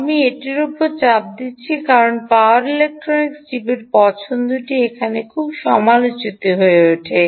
আমি এটির উপর চাপ দিচ্ছি কারণ আপনার পাওয়ার ইলেকট্রনিক চিপের পছন্দটি এখানে খুব সমালোচিত হয়ে ওঠে